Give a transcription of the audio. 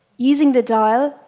using the dial,